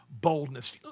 boldness